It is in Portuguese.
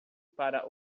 para